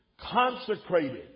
consecrated